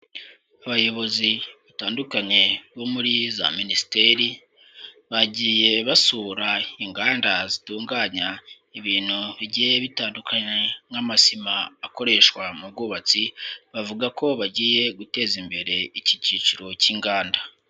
Abayobozi batandukanye bo muri za minisiteri, bagiye basura inganda zitunganya ibintu bigiye bitandukanye nk'amasima akoreshwa mu bwubatsi, bavuga ko bagiye guteza imbere iki cyiciro cy'inganda.